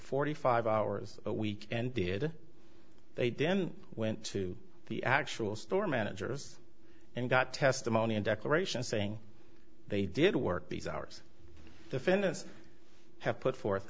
forty five hours a week and did they den went to the actual store managers and got testimony in declarations saying they did work these hours defendants have put forth